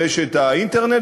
באינטרנט,